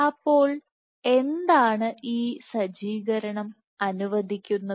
അപ്പോൾ എന്താണ് ഈ സജ്ജീകരണം അനുവദിക്കുന്നത്